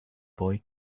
boy